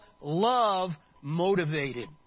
love-motivated